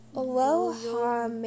Aloha